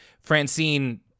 Francine